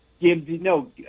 No